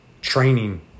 training